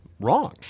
Wrong